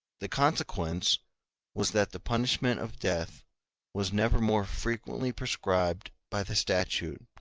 the consequence was that the punishment of death was never more frequently prescribed by the statute,